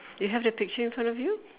you have the picture in front of you